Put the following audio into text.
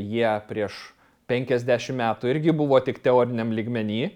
jie prieš penkiasdešim metų irgi buvo tik teoriniam lygmeny